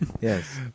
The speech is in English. Yes